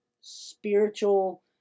spiritual